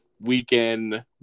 weekend